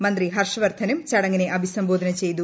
മന്ത്രി ഹർഷവർദ്ധനും ചടങ്ങിനെ അഭിസംബോധന ചെയ്തു